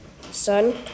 son